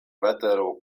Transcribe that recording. vetero